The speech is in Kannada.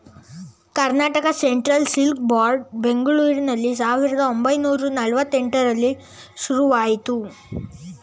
ಕರ್ನಾಟಕ ಸೆಂಟ್ರಲ್ ಸಿಲ್ಕ್ ಬೋರ್ಡ್ ಬೆಂಗಳೂರಿನಲ್ಲಿ ಸಾವಿರದ ಒಂಬೈನೂರ ನಲ್ವಾತ್ತೆಂಟರಲ್ಲಿ ಶುರುವಾಯಿತು